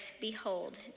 Behold